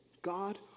God